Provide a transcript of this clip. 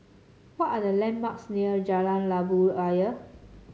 what are the landmarks near Jalan Labu Ayer